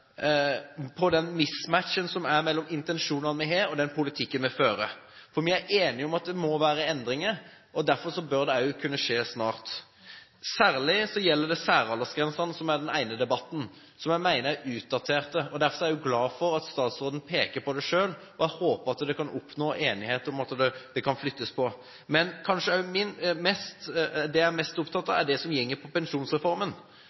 på den mismatchen som er mellom intensjonene vi har, og den politikken vi fører. Vi er enige om at det må bli endringer, og derfor må det kunne skje snart. Det gjelder særlig særaldersgrensene – som er den ene debatten – som jeg mener er utdaterte. Derfor er jeg glad for at statsråden peker på det selv, og jeg håper at en kan oppnå enighet om at det kan flyttes på. Men det jeg kanskje er mest opptatt av, er